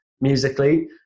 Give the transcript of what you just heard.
musically